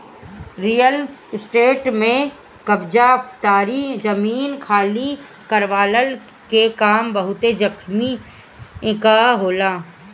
real estate में कब्ज़ादारी, जमीन खाली करववला के काम बहुते जोखिम कअ होला